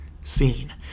scene